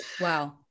Wow